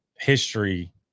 history